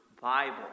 Bible